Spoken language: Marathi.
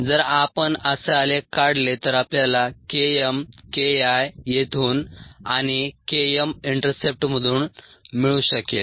जर आपण असे आलेख काढले तर आपल्याला Km Ki येथून आणि Km इंटरसेप्टमधून मिळू शकेल